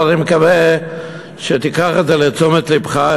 אבל אני מקווה שתיקח את זה לתשומת לבך,